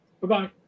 bye-bye